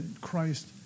Christ